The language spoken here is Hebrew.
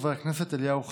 חבר הכנסת אליהו חסיד.